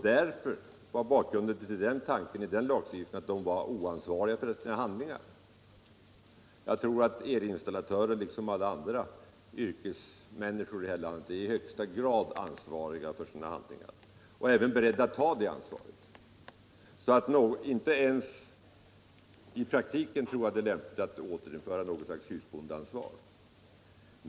Därför var bakgrunden till den lagstiftningen den tanken att de var oansvariga för sina handlingar. Jag tror att elinstallatörer, liksom andra yrkesmänniskor här i landet, i högsta grad är ansvariga för sina handlingar och beredda att ta det ansvaret. Jag tror inte det är lämpligt att återinföra något slags husbondeansvar.